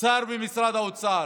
שר במשרד האוצר,